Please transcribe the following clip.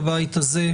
בבית הזה,